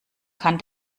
kann